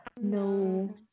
No